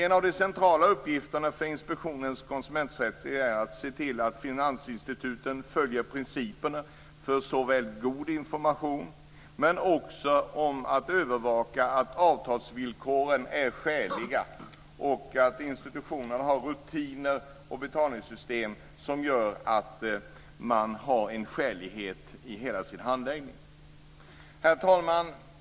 En av de centrala uppgifterna för inspektionens konsumenträttsenhet är att se till att finansinstituten följer principerna för god information men också att övervaka att avtalsvillkoren är skäliga och att institutionerna har rutiner och betalningssystem som gör att de har en skälighet i hela sin handläggning. Herr talman!